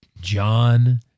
John